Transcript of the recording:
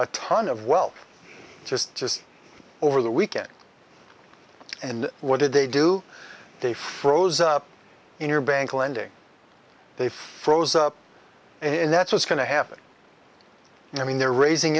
a ton of well just just over the weekend and what did they do they froze up in your bank lending they froze up and that's what's going to happen i mean they're raising